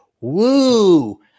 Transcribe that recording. Woo